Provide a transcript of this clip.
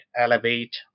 Elevate